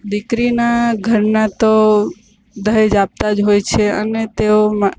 દીકરીના ઘરના તો દહેજ આપતા જ હોય છે અને તેઓમાં